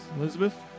Elizabeth